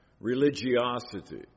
religiosity